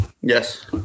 Yes